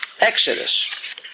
Exodus